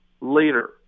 later